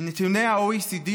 מנתוני ה-OECD,